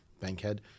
bankhead